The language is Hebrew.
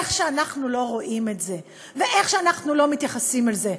איך שאנחנו לא רואים את זה ואיך שאנחנו לא מתייחסים אל זה,